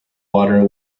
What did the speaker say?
water